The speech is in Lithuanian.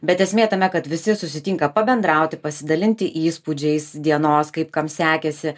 bet esmė tame kad visi susitinka pabendrauti pasidalinti įspūdžiais dienos kaip kam sekėsi